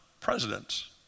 presidents